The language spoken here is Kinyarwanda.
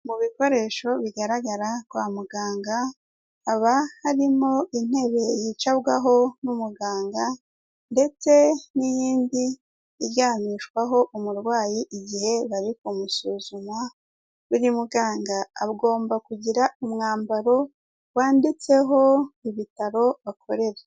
Mu bikoresho bigaragara kwa muganga, haba harimo intebe yicabwaho n'umuganga ndetse n'iyindi iryamishwaho umurwayi igihe bari kumusuzuma, buri muganga agomba kugira umwambaro wanditseho ibitaro akorera.